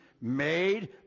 made